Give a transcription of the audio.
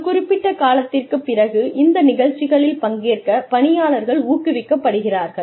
ஒரு குறிப்பிட்ட காலத்திற்குப் பிறகு இந்த நிகழ்ச்சிகளில் பங்கேற்க பணியாளர்கள் ஊக்குவிக்கப்படுகிறார்கள்